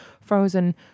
frozen